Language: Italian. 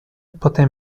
potè